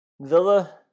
Villa